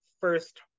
first